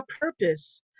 purpose